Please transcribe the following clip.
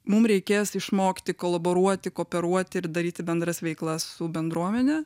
mum reikės išmokti kolaboruoti kooperuoti ir daryti bendras veiklas su bendruomene